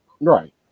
Right